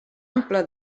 ampla